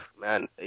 Man